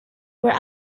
were